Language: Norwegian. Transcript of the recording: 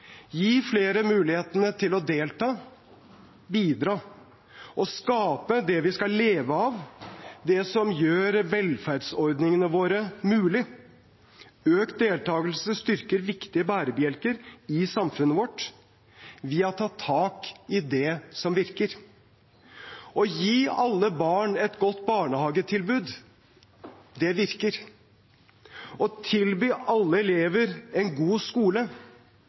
gi flere muligheten til å delta, bidra og skape det vi skal leve av, det som gjør velferdsordningene våre mulig. Økt deltagelse styrker viktige bærebjelker i samfunnet vårt. Vi har tatt tak i det som virker: Å gi alle barn et godt barnehagetilbud virker. Å tilby alle elever en god skole